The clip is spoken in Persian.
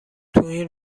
تواین